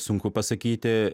sunku pasakyti